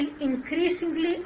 increasingly